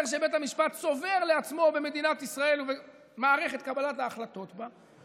שבית המשפט צובר לעצמו במדינת ישראל ובמערכת קבלת ההחלטות בה,